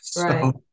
Right